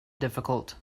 difficult